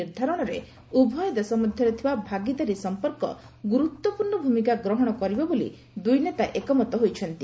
ନିର୍ଦ୍ଧାରଣରେ ଉଭୟ ଦେଶ ମଧ୍ୟରେ ଥିବା ଭାଗିଦାରୀ ସମ୍ପର୍କ ଗୁରୁତ୍ୱପୂର୍ଣ୍ଣ ଭୂମିକା ଗ୍ରହଣ କରିବ ବୋଲି ଦୁଇ ନେତା ଏକମତ ହୋଇଛନ୍ତି